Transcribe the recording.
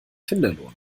finderlohn